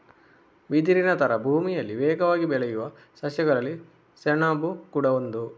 ಬಿದಿರಿನ ತರ ಭೂಮಿಯಲ್ಲಿ ವೇಗವಾಗಿ ಬೆಳೆಯುವ ಸಸ್ಯಗಳಲ್ಲಿ ಸೆಣಬು ಕೂಡಾ ಒಂದು